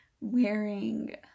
wearing